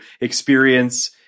experience